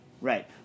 Right